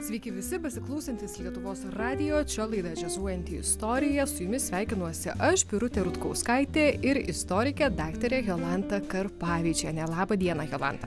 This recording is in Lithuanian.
sveiki visi besiklausantys lietuvos radijo čia laida džiazuojanti istorija su jumis sveikinuosi aš birutė rutkauskaitė ir istorikė daktarė jolanta karpavičienė laba diena jolanta